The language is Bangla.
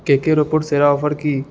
কেকের ওপর সেরা অফার কি